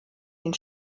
den